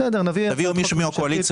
תביאו מישהו מהקואליציה,